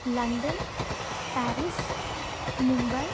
London Paris Mumbai